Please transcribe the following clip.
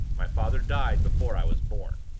my father died before i was born.